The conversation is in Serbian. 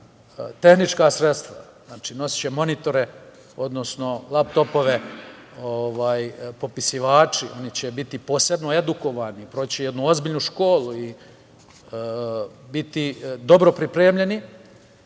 tehnička sredstva, znači, nosiće monitore odnosno lap topove popisivači, oni će biti posebno edukovani, proći će jednu ozbiljnu školu i biti dobro pripremljeni,